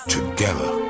Together